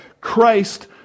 Christ